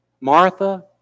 Martha